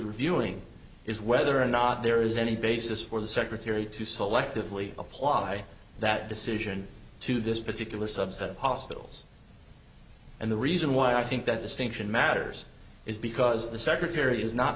reviewing is whether or not there is any basis for the secretary to selectively apply that decision to this particular subset of hospitals and the reason why i think that distinction matters is because the secretary is not